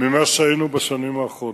ממה שהיינו בשנים האחרונות.